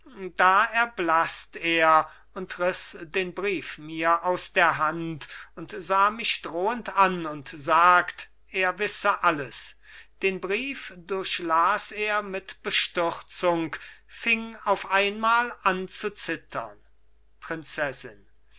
da erblaßt er und riß den brief mir aus der hand und sah mich drohend an und sagt er wisse alles den brief durchlas er mit bestürzung fing auf einmal an zu zittern prinzessin